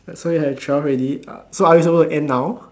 so we have twelve already uh so are we supposed to end now